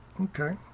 okay